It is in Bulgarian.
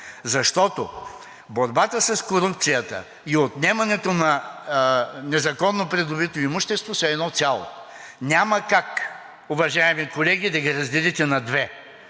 Защото борбата с корупцията и отнемането на незаконно придобито имущество са едно цяло. Няма как, уважаеми колеги, да ги разделите на две.